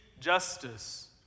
justice